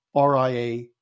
RIA